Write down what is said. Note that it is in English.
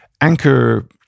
anchor